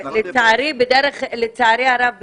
לצערי הרב,